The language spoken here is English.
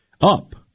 up